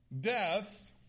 death